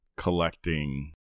Collecting